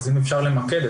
אז אם אפשר למקד,